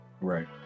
Right